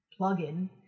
plugin